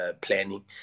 planning